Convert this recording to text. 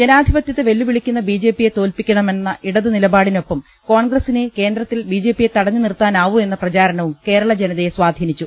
ജനാധിപത്യത്തെ വെല്ലുവിളിക്കുന്ന ബിജെപിയെ തോൽപിക്ക ണമെന്ന ഇടതു നിലപാടിനൊപ്പം കോൺഗ്രസിനേ കേന്ദ്രത്തിൽ ബിജെപിയെ തടഞ്ഞു നിർത്താനാവൂ എന്ന പ്രചാരണവും കേര ളജനതയെ സ്വാധീനിച്ചു